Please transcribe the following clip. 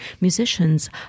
musicians